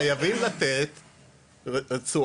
חייבים לתת רצועה